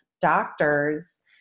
doctors